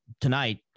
tonight